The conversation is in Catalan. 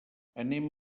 anem